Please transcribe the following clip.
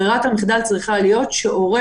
ברירת המחדל צריכה להיות שהורה,